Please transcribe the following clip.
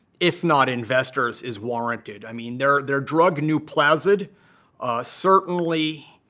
if not investors, is warranted. i mean, their their drug nuplazid certainly